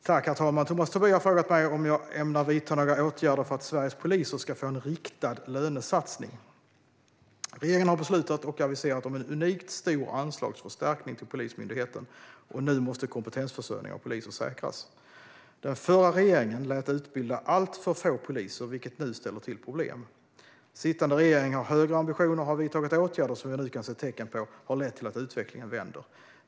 Herr talman! Tomas Tobé har frågat mig om jag ämnar vidta några åtgärder för att Sveriges poliser ska få en riktad lönesatsning. Regeringen har beslutat och aviserat om en unikt stor anslagsförstärkning till Polismyndigheten, och nu måste kompetensförsörjningen av poliser säkras. Den förra regeringen lät utbilda alltför få poliser, vilket nu ställer till problem. Sittande regering har högre ambitioner och har vidtagit åtgärder som vi nu kan se tecken på har lett till att utvecklingen vänder.